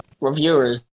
reviewers